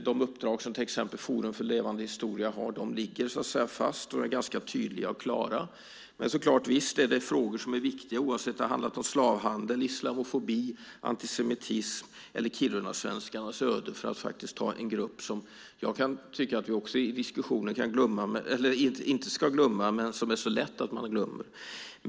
De uppdrag som till exempel Forum för levande historia har ligger fast och är ganska tydliga och klara. Men visst är det frågor som är viktiga oavsett om det handlar om slavhandel, islamofobi, antisemitism eller kirunasvenskarnas öde, för att ta en grupp som jag tycker att vi inte ska glömma i diskussionen men som det är lätt att glömma.